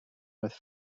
with